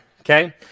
okay